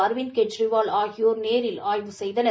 அரவிந்த் கெஜ்ரிவால் ஆகியோர் நேரில் ஆய்வு செய்தனர்